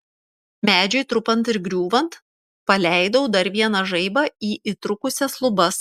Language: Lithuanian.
medžiui trupant ir griūvant paleidau dar vieną žaibą į įtrūkusias lubas